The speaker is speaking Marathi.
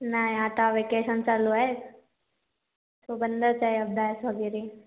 नाही आता व्हेकेशन चालू आहे सो बंदच आहे अभ्यास वगैरे